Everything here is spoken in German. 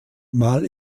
mal